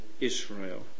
Israel